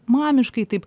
mamiškai taip